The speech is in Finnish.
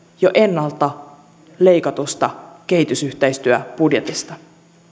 jo ennalta leikatusta kehitysyhteistyöbudjetista